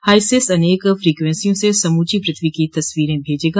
HySIS अनेक फ्रिक्वेंसियों से समूची पृथ्वी की तस्वींरें भेजेगा